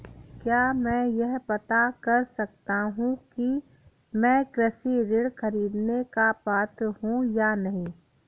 क्या मैं यह पता कर सकता हूँ कि मैं कृषि ऋण ख़रीदने का पात्र हूँ या नहीं?